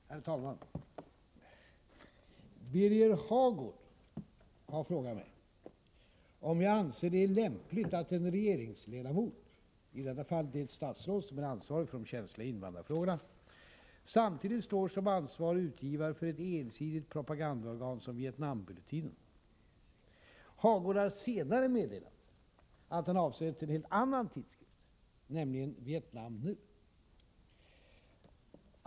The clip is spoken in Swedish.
Herr talman! Birger Hagård har frågat mig om jag anser att det är lämpligt att en regeringsledamot — i detta fall det statsråd som är ansvarig för de känsliga invandrarfrågorna — samtidigt står som ansvarig utgivare för ett ensidigt propagandaorgan som Vietnambulletinen. Hagård har senare meddelat att han avsett en annan tidskrift, nämligen Vietnam nu.